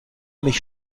mich